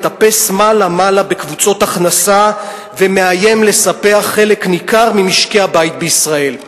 מטפס מעלה-מעלה בקבוצות הכנסה ומאיים לספח חלק ניכר ממשקי-הבית בישראל.